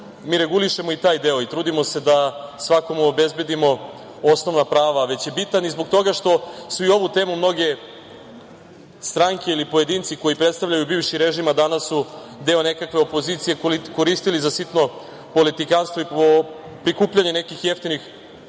mi regulišemo i taj deo i trudimo se da svakom obezbedimo osnovna prava, već je bitan i zbog toga što su i ovu temu mnoge stranke ili pojedinci koji predstavljaju bivši režim a danas su deo nekakve opozicije koristili za sitno politikanstvo i prikupljanje nekih jeftinih